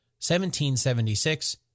1776